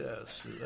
Yes